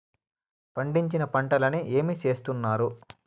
పండించిన పంటలని ఏమి చేస్తున్నారు?